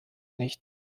nicht